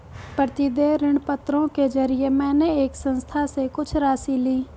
प्रतिदेय ऋणपत्रों के जरिये मैंने एक संस्था से कुछ राशि ली